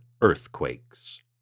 earthquakes